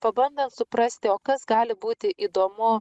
pabandant suprasti o kas gali būti įdomu